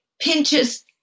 pinches